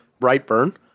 Brightburn